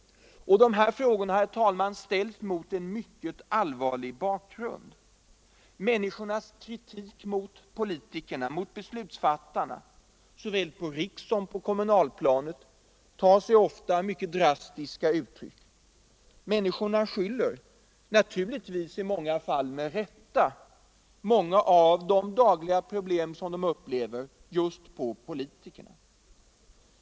Dessa frågor, herr talman, ställs mot en mycket allvarlig bakgrund. Medborgarnas kritik mot politikerna, mot beslutsfattarna på såväl rikssom kommunalplanet, tar sig ofta drastiska uttryck. Människorna skyller — naturligtvis i åtskilliga fall med rätta — många av de dagliga problem som de upplever på politikerna.